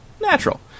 Natural